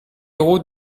route